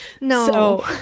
no